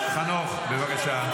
--- חנוך, בבקשה.